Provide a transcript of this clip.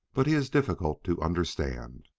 but he is difficult to understand.